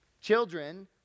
Children